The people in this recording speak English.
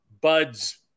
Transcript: Bud's